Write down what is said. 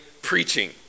Preaching